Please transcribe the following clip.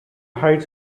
heights